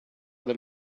del